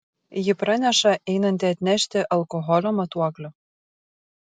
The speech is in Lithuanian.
ji praneša einanti atnešti alkoholio matuoklio